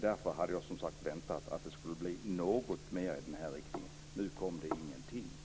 Därför hade jag väntat att det skulle bli något mer i den riktningen. Nu kom det ingenting.